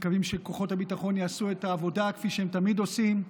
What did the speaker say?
אנו מקווים שכוחות הביטחון יעשו את העבודה כפי שהם תמיד עושים,